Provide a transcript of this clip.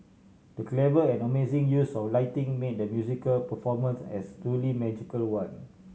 the clever and amazing use of lighting made the musical performance as truly magical one